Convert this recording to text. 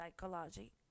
Psychology